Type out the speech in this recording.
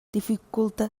dificulte